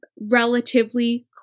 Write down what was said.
relatively